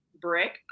brick